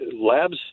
labs